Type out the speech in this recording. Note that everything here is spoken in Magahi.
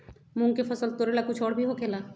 मूंग के फसल तोरेला कुछ और भी होखेला?